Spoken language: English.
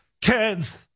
kids